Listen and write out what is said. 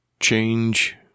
Change